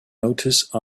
notice